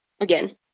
again